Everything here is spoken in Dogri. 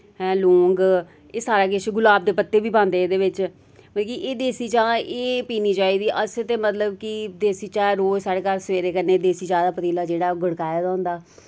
लौंग एह् सारा किश गलाब दे पत्ते बी पांदे एह्दे बि मतलब कि एह् देसी चाह् एह् पीनी चाहिदी अस ते मतलब कि देसी चाह् रोज साढ़े घर सवेरे कन्नै देसी चाह् दा पतीला जेह्ड़ा ओह् गड़काए दा होंदा